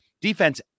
Defense